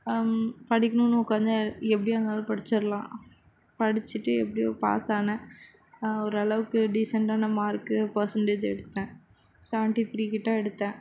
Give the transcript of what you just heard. படிக்கணும்னு உட்காந்தா எப்படியாருந்தாலும் படிச்சிடலாம் படித்துட்டு எப்படியோ பாஸ் ஆனேன் ஓரளவுக்கு டீசண்டான மார்க்கு பர்சன்டேஜ் எடுத்தேன் சவண்ட்டி த்ரீ கிட்ட எடுத்தேன்